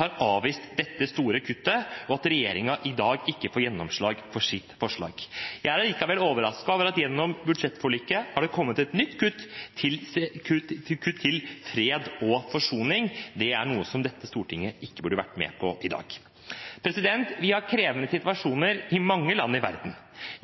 har avvist dette store kuttet, og at regjeringen i dag ikke får gjennomslag for sitt forslag. Jeg er likevel overrasket over at det gjennom budsjettforliket har kommet et nytt kutt som rammer fred og forsoning. Det er noe dette stortinget ikke burde vært med på i dag. Vi har krevende situasjoner i mange land i verden.